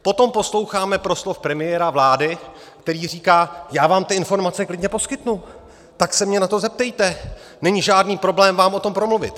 Potom posloucháme proslov premiéra vlády, který říká: já vám ty informace klidně poskytnu, tak se mě na to zeptejte, není žádný problém vám o tom promluvit.